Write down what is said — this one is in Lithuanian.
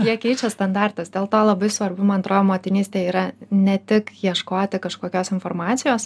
jie keičia standartus dėl to labai svarbu man atrodo motinystė yra ne tik ieškoti kažkokios informacijos